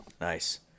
Nice